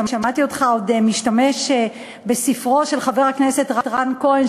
שמעתי אותך עוד משתמש בספרו של חבר הכנסת רן כהן,